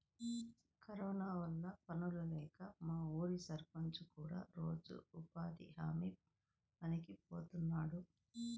corona వల్ల పనుల్లేక మా ఊరి సర్పంచ్ కూడా రోజూ ఉపాధి హామీ పనికి బోతన్నాడు